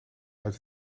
uit